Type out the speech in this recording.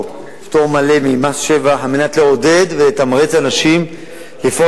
פטור מלא ממס שבח כדי לעודד ולתמרץ אנשים לפעול